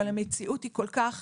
אבל המציאות היא כל כך שונה.